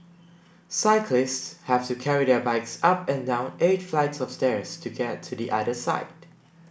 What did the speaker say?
cyclists have to carry their bikes up and down eight flights of stairs to get to the other side